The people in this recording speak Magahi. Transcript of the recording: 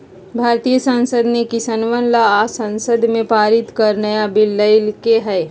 भारतीय संसद ने किसनवन ला संसद में पारित कर नया बिल लय के है